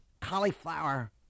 cauliflower